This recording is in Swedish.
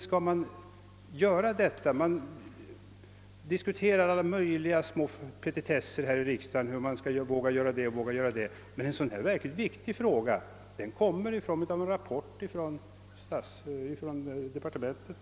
Här i riksdagen diskuterar vi alla möjliga petitesser om huruvida vi skall våga göra det ena eller det andra, men i en sådan, verkligt viktig fråga som denna får vi bara en rapport från departementet.